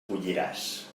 colliràs